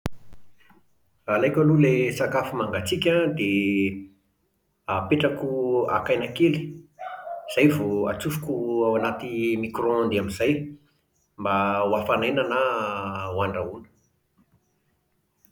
Alaiko aloha ilay sakafo mangatsiaka an, dia apetrako haka aina kely izay vao atsofoko ho ao anaty micro-ondes amin'izay mba hohafanaina na hohandrahoina